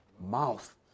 mouth